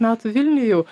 metų vilniuj jau